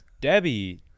Debbie